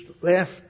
left